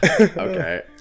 Okay